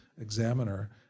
Examiner